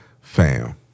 Fam